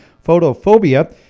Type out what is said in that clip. photophobia